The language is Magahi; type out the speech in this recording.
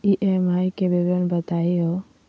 ई.एम.आई के विवरण बताही हो?